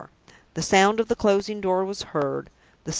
the sound of the closing door was heard,